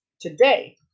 today